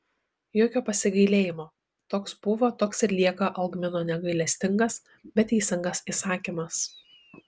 jokio pasigailėjimo toks buvo toks ir lieka algmino negailestingas bet teisingas įsakymas